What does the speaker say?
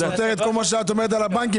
זה סותר את כל מה שאת בדרך כלל אומרת על הבנקים.